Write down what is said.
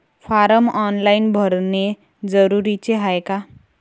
Form online भरने जरुरीचे हाय का?